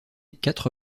quatre